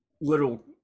little